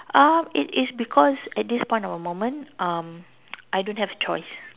um it is because at this point of the moment um I don't have a choice